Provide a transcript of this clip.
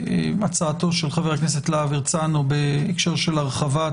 הצעתו של חבר הכנסת להב הרצנו בהקשר של הרחבת